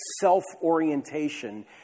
self-orientation